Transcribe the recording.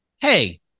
Hey